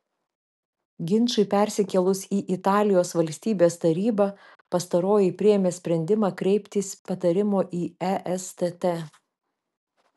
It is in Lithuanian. ginčui persikėlus į italijos valstybės tarybą pastaroji priėmė sprendimą kreiptis patarimo į estt